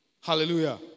Hallelujah